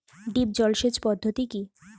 Drip জল সেচ পদ্ধতি কি?